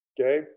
okay